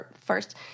first